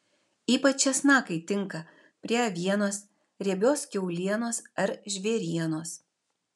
ypač česnakai tinka prie avienos riebios kiaulienos ar žvėrienos